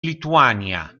lituania